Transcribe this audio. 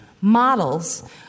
models